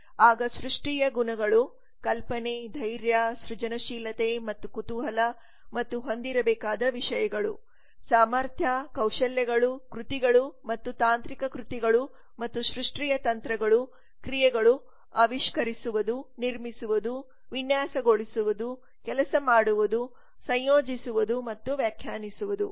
ಆಗ ಸೃಷ್ಟಿಯ ಗುಣಗಳು ಕಲ್ಪನೆ ಧೈರ್ಯ ಸೃಜನಶೀಲತೆ ಮತ್ತು ಕುತೂಹಲ ಮತ್ತು ಹೊಂದಿರಬೇಕಾದ ವಿಷಯಗಳು ಸಾಮರ್ಥ್ಯ ಕೌಶಲ್ಯಗಳು ಕೃತಿಗಳು ಮತ್ತು ತಾಂತ್ರಿಕ ಕೃತಿಗಳು ಮತ್ತು ಸೃಷ್ಟಿಯ ತಂತ್ರಗಳು ಕ್ರಿಯೆಗಳು ಆವಿಷ್ಕರಿಸುವುದು ನಿರ್ಮಿಸುವುದು ವಿನ್ಯಾಸಗೊಳಿಸುವುದು ಕೆಲಸ ಮಾಡುವುದು ಸಂಯೋಜಿಸುವುದು ಮತ್ತು ವ್ಯಾಖ್ಯಾನಿಸುವುದು